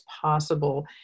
possible